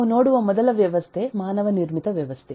ನಾವು ನೋಡುವ ಮೊದಲ ವ್ಯವಸ್ಥೆ ಮಾನವ ನಿರ್ಮಿತ ವ್ಯವಸ್ಥೆ